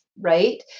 right